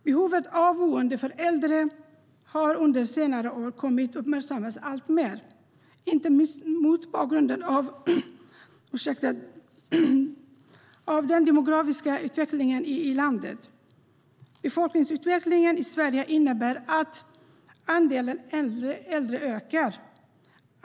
Behovet av boende för äldre har under senare år kommit att uppmärksammas alltmer, inte minst mot bakgrund av den demografiska utvecklingen i landet. Befolkningsutvecklingen i Sverige innebär att andelen äldre ökar.